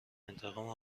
انتقام